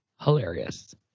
hilarious